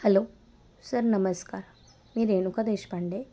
hello sir नमस्कार मी रेणुका देशपांडे